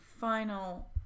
final